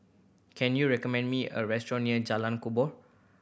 can you recommend me a restaurant near Jalan Kubor